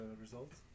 results